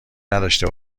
نداشته